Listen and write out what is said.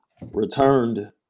returned